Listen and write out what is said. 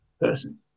person